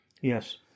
Yes